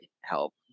help